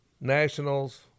Nationals